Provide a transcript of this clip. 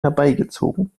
herbeigezogen